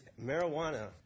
marijuana